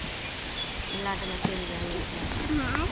लाटमे चलि जायब उड़ि कऽ